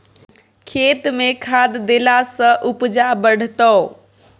खेतमे खाद देलासँ उपजा बढ़तौ